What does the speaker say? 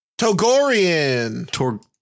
Togorian